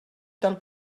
del